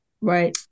Right